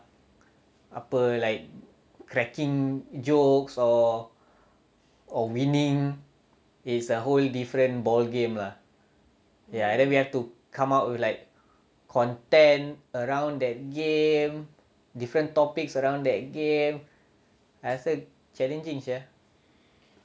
apa like cracking jokes or or winning it's a whole different ball game lah ya and then we have to come up with like content around that game different topics around that game I rasa challenging sia